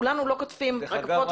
כולנו לא קוטפים רקפות --- דרך אגב,